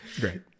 great